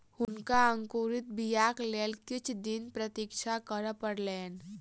हुनका अंकुरित बीयाक लेल किछ दिन प्रतीक्षा करअ पड़लैन